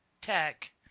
tech